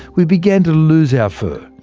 we began to lose our fur,